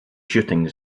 shooting